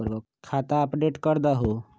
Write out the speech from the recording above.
खाता अपडेट करदहु?